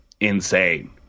insane